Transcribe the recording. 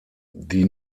die